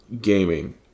gaming